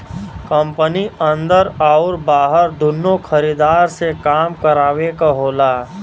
company अन्दर आउर बाहर दुन्नो खरीदार से काम करावे क होला